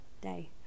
day